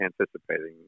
anticipating